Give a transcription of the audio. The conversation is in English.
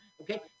Okay